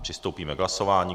Přistoupíme k hlasování.